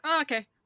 Okay